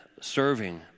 serving